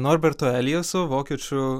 norberto eliaso vokiečių